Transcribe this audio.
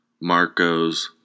Marcos